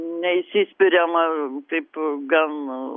ne įsispiriama taip gan